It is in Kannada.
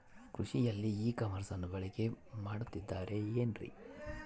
ಕೃಷಿಯಲ್ಲಿ ಇ ಕಾಮರ್ಸನ್ನ ಬಳಕೆ ಮಾಡುತ್ತಿದ್ದಾರೆ ಏನ್ರಿ?